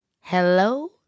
Hello